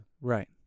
Right